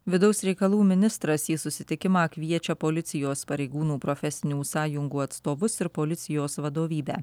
vidaus reikalų ministras į susitikimą kviečia policijos pareigūnų profesinių sąjungų atstovus ir policijos vadovybę